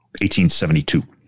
1872